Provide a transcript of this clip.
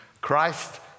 Christ